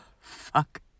fuck